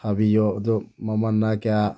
ꯁꯥꯕꯤꯌꯣ ꯑꯗꯣ ꯃꯃꯜꯅ ꯀꯌꯥ